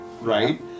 right